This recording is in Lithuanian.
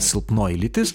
silpnoji lytis